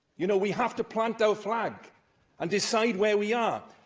you know we have to plant our flag and decide where we are.